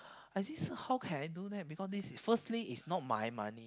like this how can I do that because this is firstly is not my money